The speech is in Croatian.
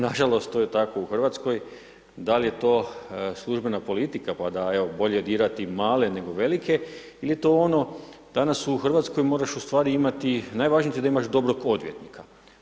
Nažalost to je tako u Hrvatskoj, da li je to službena politika, pa da evo bolje dirati male nego velike ili je to ono, danas u Hrvatskoj moraš u stvari imati, najvažnije ti je da imaš dobrog odvjetnika.